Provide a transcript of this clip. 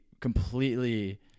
completely